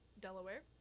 Delaware